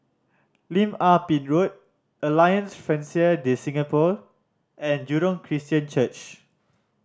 Lim Ah Pin Road Alliance Francaise De Singapour and Jurong Christian Church